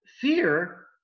fear